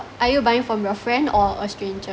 are you buying from your friend or a stranger